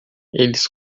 eles